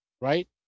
Right